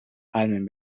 ahalmen